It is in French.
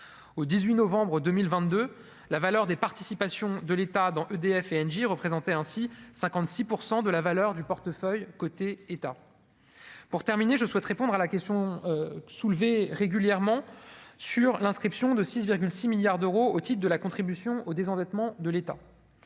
au 18 novembre 2022, la valeur des participations de l'État dans EDF et Engie ainsi, 56 % de la valeur du portefeuille côté État pour terminer je souhaite répondre à la question soulevée régulièrement sur l'inscription de 6 6 milliards d'euros au titre de la contribution au désendettement de l'État,